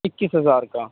اکیس ہزار کا